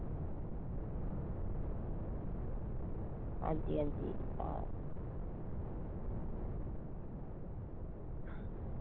आं जी आं जी आं